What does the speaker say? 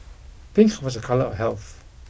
pink was a colour of health